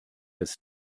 des